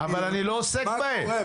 מה קורה בבנקים.